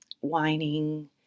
whining